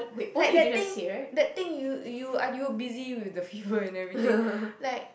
like that thing that thing you you I you were busy with the fever and everything like